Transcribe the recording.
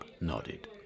nodded